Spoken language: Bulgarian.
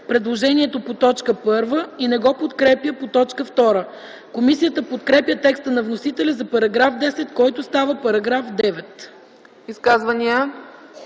предложението по т. 1 и не го подкрепя по т. 2. Комисията подкрепя текста на вносителя за § 10, който става § 9.